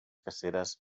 caceres